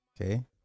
Okay